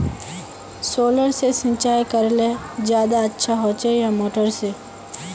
Solar से सिंचाई करले ज्यादा अच्छा होचे या मोटर से?